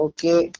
Okay